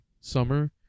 summer